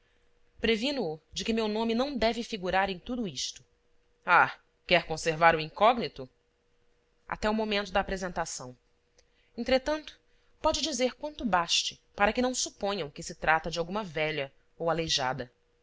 previno-o de que meu nome não deve figurar em tudo isto ah quer conservar o incógnito até o momento da apresentação entretanto pode dizer quanto baste para que não suponham que se trata de alguma velha ou aleijada